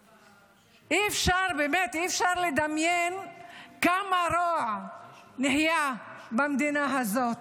באמת, אי-אפשר לדמיין כמה רוע נהיה במדינה הזאת.